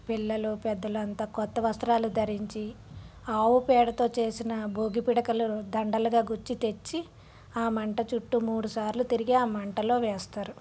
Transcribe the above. పిల్లలు పెద్దలు అంతా కొత్త వస్త్రాలు ధరించి ఆవు పేడతో చేసిన భోగి పిడకలు దండలుగా గుచ్చి తెచ్చి ఆ మంట చుట్టు మూడుసార్లు తిరిగి ఆ మంటలో వేస్తారు